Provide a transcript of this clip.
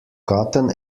gotten